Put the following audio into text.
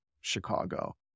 Chicago